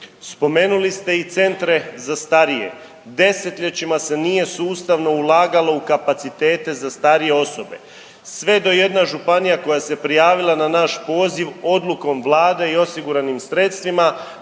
Spomenuli ste i centre za starije. Desetljećima se nije sustavno ulagalo u kapacitete za starije osobe. Sve do jedna županija koja se prijavila na naš poziv, odlukom Vlade i osiguranim sredstvima